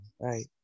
right